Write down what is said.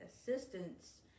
assistance